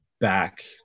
back